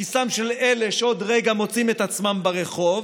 לכיסם של אלה שעוד רגע מוצאים את עצמם ברחוב,